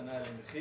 מתי